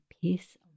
piece